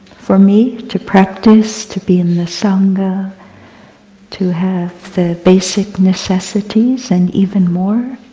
for me to practice, to be in the sangha, to have the basic necessities, and even more,